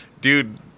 dude